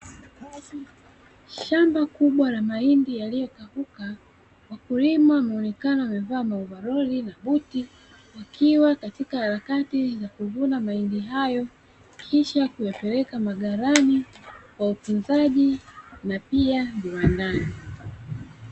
Shamba kubwa la mahindi yaliyokauka, wakulima wanaonekana wamevaa maovaroli na buti, wakiwa katika harakati za kuvuna mahindi hayo kisha kuyapeleka maghalani kwa utunzaji na pia viwandani.